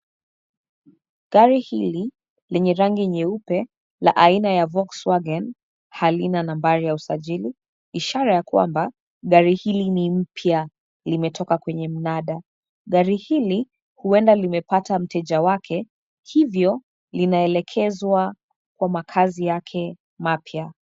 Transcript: Gari hili lenye rangi nyeupe, la aina ya volkswagen , halina nambari ya usajili, ishara ya kwamba gari hili ni mpya. Limetoka kwenye mnada. Gari hili huenda limepata mteja wake hivyo linaelekezwa kwa makazi yake mapya.